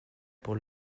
pour